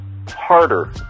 Harder